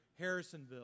Harrisonville